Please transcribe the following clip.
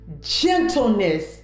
gentleness